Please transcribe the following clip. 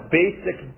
basic